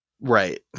Right